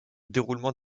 déroulement